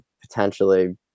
potentially